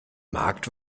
markt